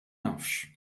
nafx